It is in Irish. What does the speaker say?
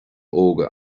óga